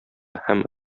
һәм